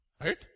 right